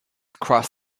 across